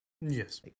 Yes